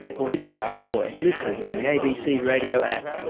or hit explore and listen on the abc radio app.